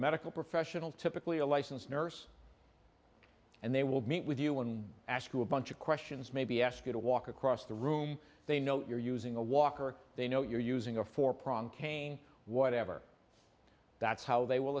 medical professional typically a license nurse and they will meet with you and ask you a bunch of questions maybe ask you to walk across the room they know you're using a walker they know you're using a four prong cane whatever that's how they will